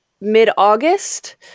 mid-August